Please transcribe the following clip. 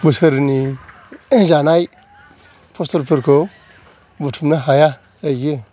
बोसोरनि जानाय फसलफोरखौ बुथुमनो हाया जाहैयो